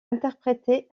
interprété